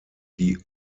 die